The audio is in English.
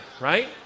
right